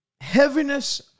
heaviness